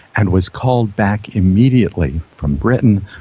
and was called back immediately from britain,